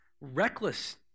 reckless